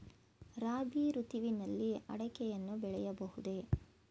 ರಾಬಿ ಋತುವಿನಲ್ಲಿ ಅಡಿಕೆಯನ್ನು ಬೆಳೆಯಬಹುದೇ?